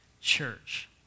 church